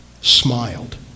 smiled